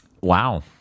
Wow